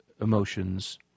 emotions